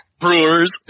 Brewers